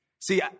See